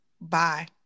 Bye